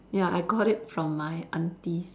ya I got it from my aunties